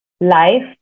life